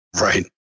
Right